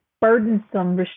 burdensome